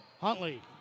Huntley